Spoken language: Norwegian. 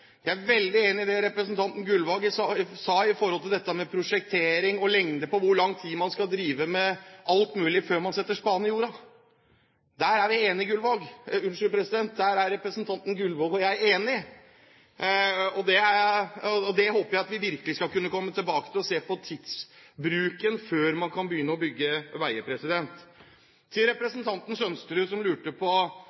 Jeg er veldig glad for at veien kommer. Jeg er veldig enig i det representanten Gullvåg sa om dette med prosjektering, og om hvor lang tid man skal drive med alt mulig før man setter spaden i jorda. Der er representanten Gullvåg og jeg enige, og jeg håper virkelig at vi kan komme tilbake og se på tidsbruken før vi skal begynne å bygge veier. Til